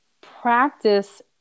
practice